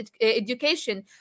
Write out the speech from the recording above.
education